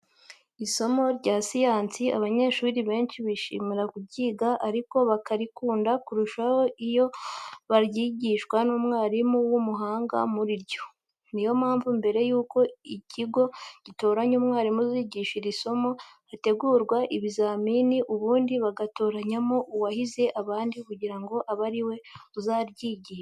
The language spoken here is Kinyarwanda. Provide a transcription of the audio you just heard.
Isomo rya siyansi abanyeshuri benshi bishimira kuryiga ariko bakarikunda kurushaho iyo baryigishwa n'umwarimu w'umuhanga muri ryo. Ni yo mpamvu mbere yuko ikigo gitoranya umwarimu uzigisha iri somo, hategurwa ibizamini ubundi bagatoranyamo uwahize abandi kugira ngo abe ari we uzaryigisha.